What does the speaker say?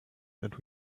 that